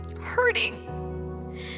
hurting